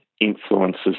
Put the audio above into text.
influences